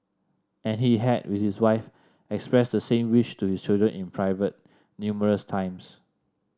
and he had with his wife expressed the same wish to his children in private numerous times